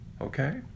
Okay